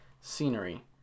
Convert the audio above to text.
scenery